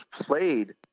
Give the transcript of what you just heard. played